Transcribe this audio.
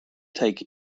take